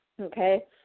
Okay